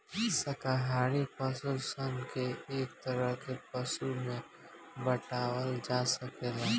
शाकाहारी पशु सन के एक तरह के पशु में बाँटल जा सकेला